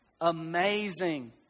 amazing